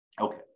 okay